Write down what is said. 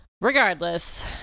Regardless